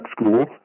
school